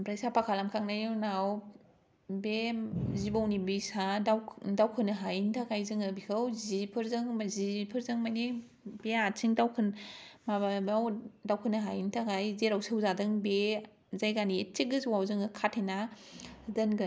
ओमफ्राय साफा खालामखांनायनि उनाव बे ओम जिबौनि बिसआ दावखोनो हायैनि थाखाय जोङो बिखौ जिफोरजों मानि बे आथिं दावखोन माबा बाव दावखोनो हायैनि थाखाय जेराव सौजादों बे जायगानि इस्से गोजौआव जोङो खाथेना दोनगोन